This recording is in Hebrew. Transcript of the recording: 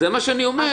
אז זה מה שאני אומר.